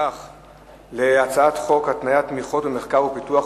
לפיכך אני קובע שהצעת חוק זו אושרה בקריאה ראשונה,